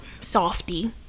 softy